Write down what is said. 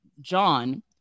John